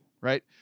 right